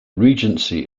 regency